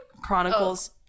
chronicles